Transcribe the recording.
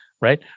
right